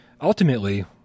ultimately